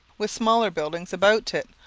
with smaller buildings about it,